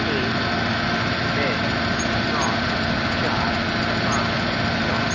એક બે ત્રણ ચાર પાંચ છ